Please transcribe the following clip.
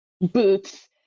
boots